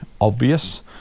obvious